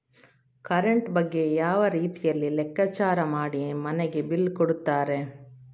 Current ಬಗ್ಗೆ ಯಾವ ರೀತಿಯಲ್ಲಿ ಲೆಕ್ಕಚಾರ ಮಾಡಿ ಮನೆಗೆ ಬಿಲ್ ಕೊಡುತ್ತಾರೆ?